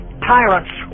tyrant's